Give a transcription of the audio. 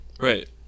Right